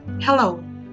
Hello